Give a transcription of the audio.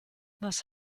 was